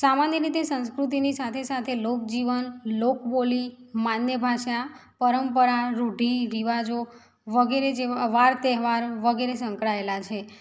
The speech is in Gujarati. સામાન્ય રીતે સંસ્કૃતિની સાથે સાથે લોકજીવન લોકબોલી માન્ય ભાષા પરંપરા રૂઢી રિવાજો વગેરે જેવા વાર તહેવાર વગેરે સંકળાયેલા છે